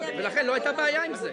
לכן לא הייתה בעיה עם זה.